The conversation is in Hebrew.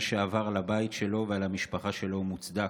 שעבר על הבית שלו ועל המשפחה שלו הוא מוצדק.